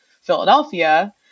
Philadelphia